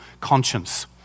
conscience